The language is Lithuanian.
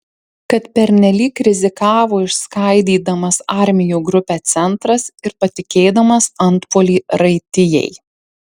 kad pernelyg rizikavo išskaidydamas armijų grupę centras ir patikėdamas antpuolį raitijai